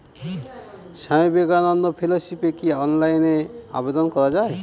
স্বামী বিবেকানন্দ ফেলোশিপে কি অনলাইনে আবেদন করা য়ায়?